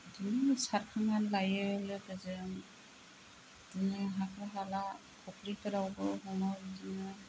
बिदिनो सारखांनानै लायो लोगोजों बिदिनो हाखर हाला फुख्रिफोरावबो हमो बिदिनो